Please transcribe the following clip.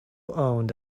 owned